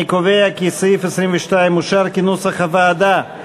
אני קובע כי סעיף 22 אושר כנוסח הוועדה.